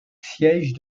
siège